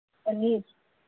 paneer